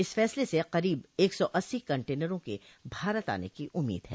इस फैसले से करोब एक सौ अस्सी कंटेनरों के भारत आने की उम्मीद है